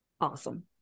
awesome